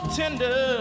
tender